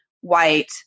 white